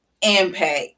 impact